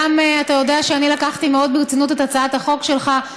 אתה גם יודע שאני לקחתי מאוד ברצינות את הצעת החוק שלך,